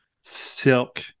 silk